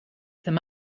them